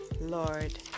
Lord